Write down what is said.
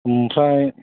ओमफ्राय